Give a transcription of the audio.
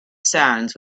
sands